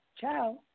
Ciao